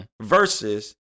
versus